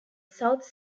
south